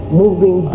moving